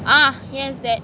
ah yes that